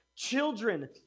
children